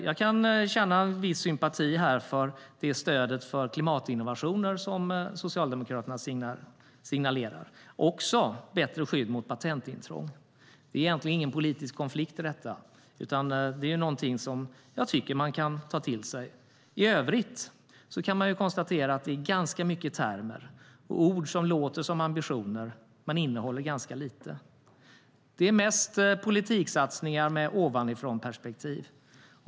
Jag kan känna en viss sympati för det stöd för klimatinnovationer som Socialdemokraterna signalerar, och det gäller även bättre skydd mot patentintrång. Det finns egentligen ingen politisk konflikt i detta. Det är någonting som jag tycker att man kan ta till sig. I övrigt kan man konstatera att det finns ganska många termer och ord som låter som ambitioner men innehåller ganska lite. Det är mest politiksatsningar med ovanifrånperspektiv.